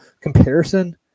comparison